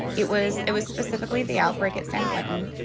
it was it was specifically the outbreak at san quentin.